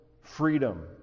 freedom